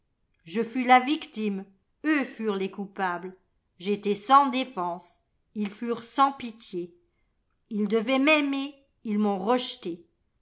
je fus la victime ôux furent les coupables j'étais sans défense ils furent sans pitié ils devaient m'aimer ils m'ont rejeté